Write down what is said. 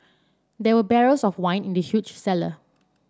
there were barrels of wine in the huge cellar